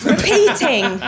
Repeating